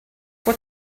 what